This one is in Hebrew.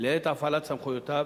לעת הפעלת סמכויותיו,